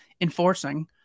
enforcing